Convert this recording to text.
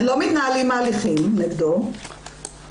לא מתנהלים הליכים נגדו,